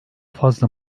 fazla